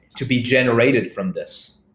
to be generated from this.